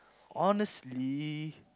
honestly